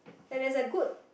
like there's a good